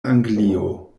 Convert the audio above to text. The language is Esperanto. anglio